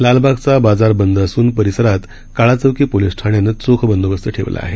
लालबागचाबाजारबंदअसूनपरिसरातकाळाचौकीपोलीसठाण्यानंचोखबंदोबस्तठेवलाआहे